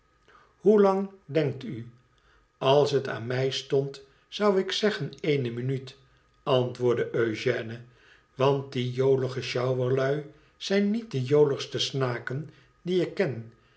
hoelang dankt u as het aan mij stond zou ik zeggen eene minuut antwoordde agène want die jolige sjouwerlui zijn niet de joligste snaken die ik ken